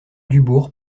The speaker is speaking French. dubourg